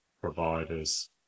providers